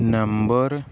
number